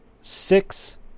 six